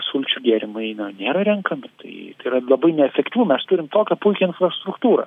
sulčių gėrimai na nėra renkami tai tai yra labai neefektyvu mes turim tokią puikią infrastruktūrą